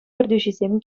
ертӳҫисем